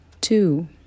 two